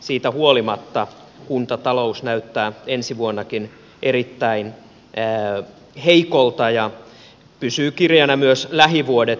siitä huolimatta kuntatalous näyttää ensi vuonnakin erittäin heikolta ja pysyy kireänä myös lähivuodet